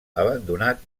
abandonat